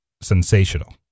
sensational